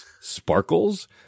sparkles